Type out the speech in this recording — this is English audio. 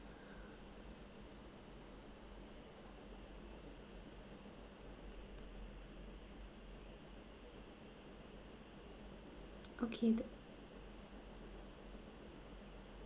okay de~